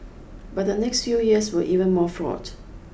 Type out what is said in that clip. but the next few years were even more fraught